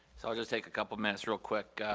so i'll just take a couple minutes real quick.